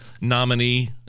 nominee